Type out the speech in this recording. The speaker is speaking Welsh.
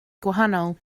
gwahanol